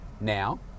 now